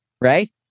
right